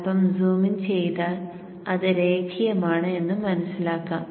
അൽപ്പം zoom in ചെയ്താൽ അത് രേഖീയമാണെന്ന് എന്ന് മനസിലാക്കാം